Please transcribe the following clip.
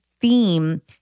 theme